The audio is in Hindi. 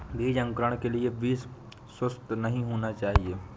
बीज अंकुरण के लिए बीज सुसप्त नहीं होना चाहिए